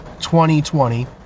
2020